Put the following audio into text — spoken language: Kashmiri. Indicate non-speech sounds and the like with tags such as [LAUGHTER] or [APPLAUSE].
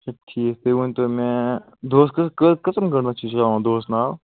اَچھا ٹھیٖک تُہۍ ؤنتو مےٚ دۄہس کٕژ کٕژن گٲنٛٹن [UNINTELLIGIBLE] دۄہس ناو